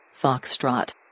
Foxtrot